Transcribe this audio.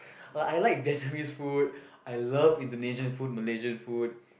like I like Vietnamese food I love Indonesian food Malaysian food